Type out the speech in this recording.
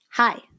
Hi